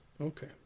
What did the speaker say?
Okay